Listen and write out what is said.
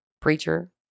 preacher